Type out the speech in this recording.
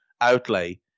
outlay